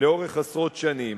לאורך עשרות שנים.